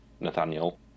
Nathaniel